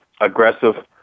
aggressive